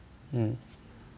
mm